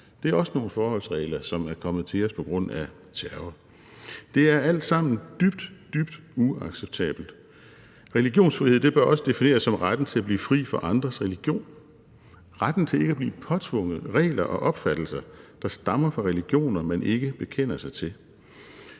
Det er også nogle forholdsregler, som er kommet til os på grund af terror. Det er alt sammen dybt, dybt uacceptabelt. Religionsfrihed bør også defineres som retten til at blive fri for andres religion, retten til ikke at blive påtvunget regler og opfattelser, der stammer fra religioner, man ikke bekender sig til.